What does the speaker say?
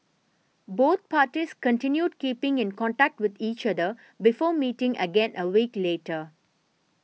both parties continued keeping in contact with each other before meeting again a week later